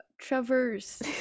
traverse